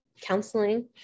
counseling